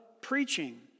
preaching